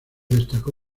destacó